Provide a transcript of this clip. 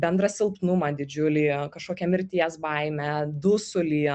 bendrą silpnumą didžiulį kažkokią mirties baimę dusulį